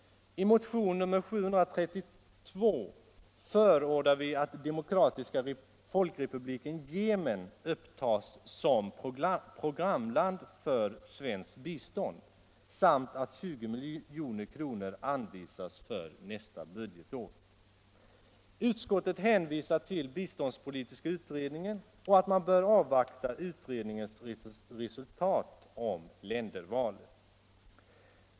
I motionen 732 förordar vi att Demokratiska folkrepubliken Yemen upptas som programland för svenskt bistånd samt att 20 milj.kr. anvisas för nästa budgetår. Utskottet hänvisar till biståndspolitiska utredningen och att man bör avvakta utredningens resultat om ländervalet.